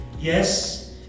yes